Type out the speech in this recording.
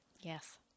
Yes